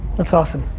that's awesome.